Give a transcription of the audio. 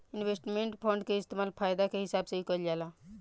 investment fund के इस्तेमाल फायदा के हिसाब से ही कईल जाला